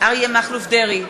אריה מכלוף דרעי,